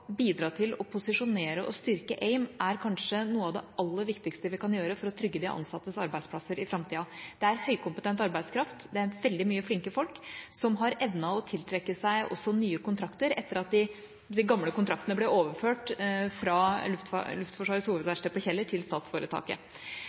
bidra til å posisjonere og styrke AIM kanskje er noe av det aller viktigste vi kan gjøre for å trygge de ansattes arbeidsplasser i framtida. Det er høykompetent arbeidskraft. Det er veldig mye flinke folk som har evnet å tiltrekke seg også nye kontrakter etter at de – jeg holdt på å si – gamle kontraktene ble overført fra Luftforsvarets